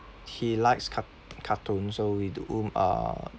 he likes car~ cartoon so we do m~ uh